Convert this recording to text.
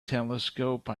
telescope